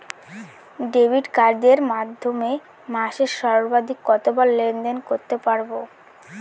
Debit কার্ডের মাধ্যমে মাসে সর্বাধিক কতবার লেনদেন করতে পারবো?